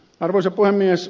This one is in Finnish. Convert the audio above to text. arvoisa puhemies